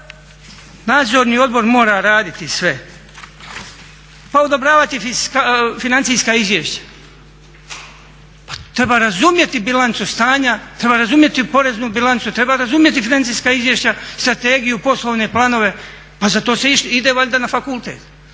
nadzorni odbor mora raditi sve pa odobravati financijska izvješća, pa treba razumjeti bilancu stanju, treba razumjeti poreznu bilancu, treba razumjeti financijska izvješća, strategiju, poslovne planove pa za to se ide valjda na fakultete.